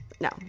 no